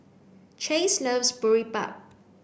Chase loves Boribap